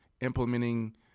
implementing